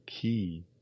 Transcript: key